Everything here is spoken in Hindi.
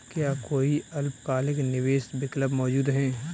क्या कोई अल्पकालिक निवेश विकल्प मौजूद है?